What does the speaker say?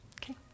Okay